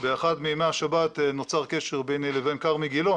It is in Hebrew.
באחד מימי השבת נוצר קשר ביני לבין כרמי גילון